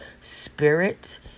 spirit